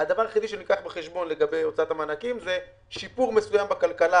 הדבר היחידי שנלקח בחשבון לגבי הוצאות המענקים זה שיפור מסוים בכלכלה